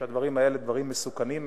שהדברים האלה הם דברים מסוכנים,